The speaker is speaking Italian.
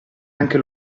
anche